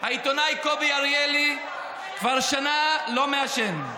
העיתונאי קובי אריאלי כבר שנה לא מעשן,